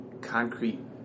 concrete